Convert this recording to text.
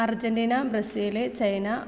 Argentina Brazil China